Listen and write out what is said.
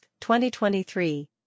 2023